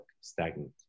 stagnant